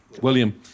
William